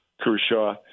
Kershaw